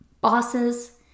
bosses